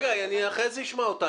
אחרי זה אני אשמע אותה.